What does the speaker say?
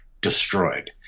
destroyed